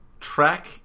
track